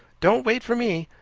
don't wait for me.